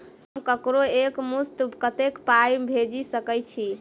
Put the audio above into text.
हम ककरो एक मुस्त कत्तेक पाई भेजि सकय छी?